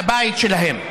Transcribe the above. לבית שלהם.